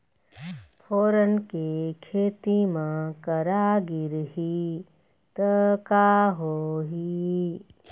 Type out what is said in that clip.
फोरन के खेती म करा गिरही त का होही?